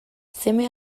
seme